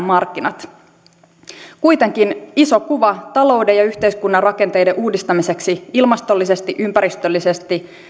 markkinat iso kuva talouden ja yhteiskunnan rakenteiden uudistamiseksi ilmastollisesti ympäristöllisesti